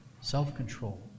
self-control